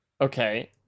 Okay